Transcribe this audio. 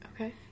Okay